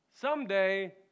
someday